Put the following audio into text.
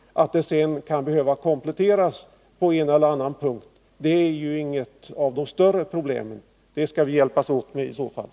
Att det sedan kan behöva kompletteras på en eller annan punkt är inget större problem — det skall vi i så fall hjälpas åt med.